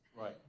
right